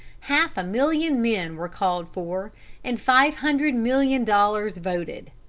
half a million men were called for and five hundred million dollars voted.